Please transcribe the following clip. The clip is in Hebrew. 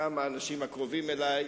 גם האנשים הקרובים אלי,